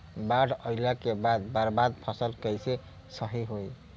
बाढ़ आइला के बाद बर्बाद फसल कैसे सही होयी?